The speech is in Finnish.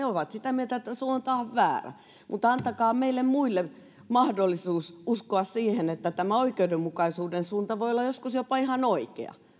ovat sitä mieltä että suunta on väärä mutta antakaa meille muille mahdollisuus uskoa siihen että tämä oikeudenmukaisuuden suunta voi olla joskus jopa ihan oikea